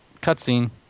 cutscene